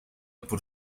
por